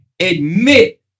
admit